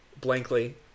blankly